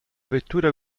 vettura